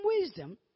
wisdom